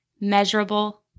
measurable